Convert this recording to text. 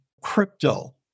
Crypto